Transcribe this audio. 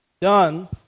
done